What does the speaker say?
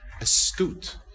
astute